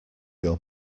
your